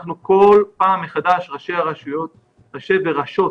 אנחנו כל פעם מחדש, ראשי וראשות